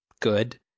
good